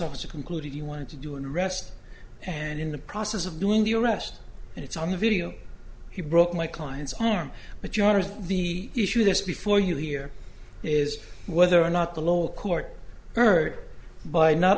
officer concluded he wanted to do an arrest and in the process of doing the arrest and it's on the video he broke my client's arm but you are the issue that's before you here is whether or not the lower court hurt by not